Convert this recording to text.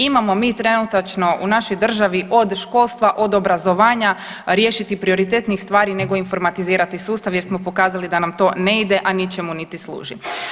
Imamo mi trenutačno u našoj državi od školstva, od obrazovanja, riješiti prioritetnijih stvari nego informatizirati sustav jer smo pokazali da nam to ne ide, a ničemu niti služi.